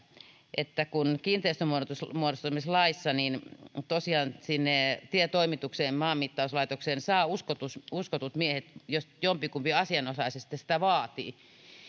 kun kiinteistönmuodostamislaissa tosiaan sinne tietoimitukseen ja maanmittauslaitokseen saa uskotut uskotut miehet jos jompikumpi asianosaisista sitä vaatii